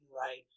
right